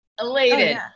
elated